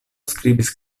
skribis